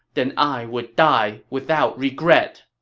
then i would die without regret!